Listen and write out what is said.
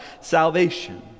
Salvation